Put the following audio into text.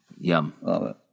Yum